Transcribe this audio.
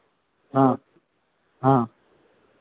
हाँ हाँ